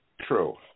True